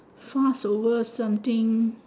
fast over something